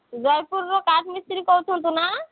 ଜୟପୁରରୁ କାଠ୍ ମିସ୍ତ୍ରୀ କହୁଛନ୍ତି ନା